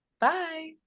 Bye